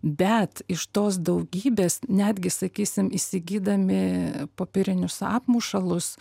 bet iš tos daugybės netgi sakysim įsigydami popierinius apmušalus